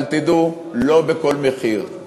אבל תדעו שלא בכל מחיר, תודה רבה.